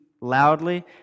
loudly